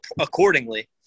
accordingly